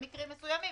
במקרים מסוימים,